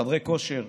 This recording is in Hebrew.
חדרי כושר,